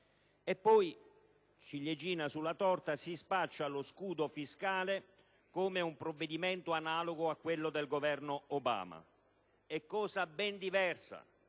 La ciliegina sulla torta è che si spaccia lo scudo fiscale come un provvedimento analogo a quello del Governo Obama. È cosa ben diversa,